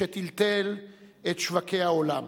שטלטל את שוקי העולם.